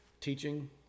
teaching